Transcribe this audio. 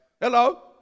Hello